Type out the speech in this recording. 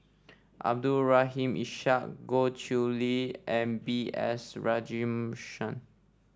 Abdul Rahim Ishak Goh Chiew Lye and B S Rajhans